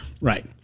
right